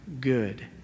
good